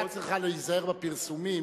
גם הממשלה צריכה להיזהר בפרסומים,